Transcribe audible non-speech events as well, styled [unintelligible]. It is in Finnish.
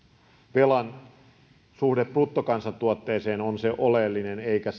velan suhde bruttokansantuotteeseen on se oleellinen eikä [unintelligible]